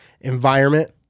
environment